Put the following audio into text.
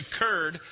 occurred